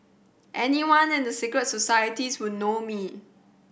anyone in the secret societies would know me